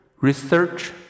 Research